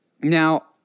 Now